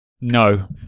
no